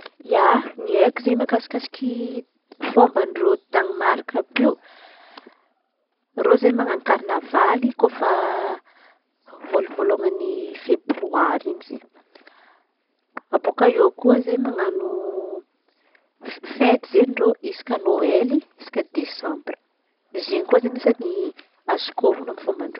ia, ny haiko izen̈y mahakasiky fomban-dreo Danemarka àby io. Reo izen̈y manan̈o karnavaly kôfa voalo voalahany febroary in̈y izen̈y. Aboaka eo koa izen̈y manan̈o fe- fety izen̈y reo isaky nôely isaky desambra izen̈y koa izen̈y isany azoko onon̈a amy fomban-dreo.